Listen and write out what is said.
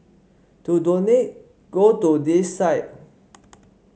to donate go to this site